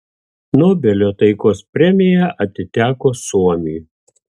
nobelio taikos premija atiteko suomiui